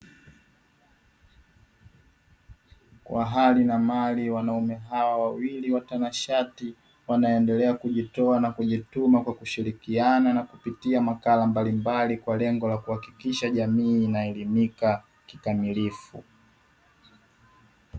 Kwa hali na mali wanaume hawa wawili watanashati wanaendelea kujitoa na kujituma kwa kushirikiana na kupitia makala mbalimbali kwa lengo la kuhakikisha jamii inaelimika kikamilifu.